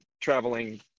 traveling